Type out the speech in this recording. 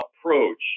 approach